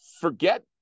forget